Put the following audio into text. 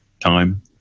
time